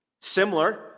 Similar